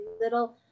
little